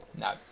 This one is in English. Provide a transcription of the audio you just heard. No